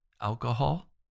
alcohol